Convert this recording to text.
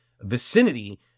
vicinity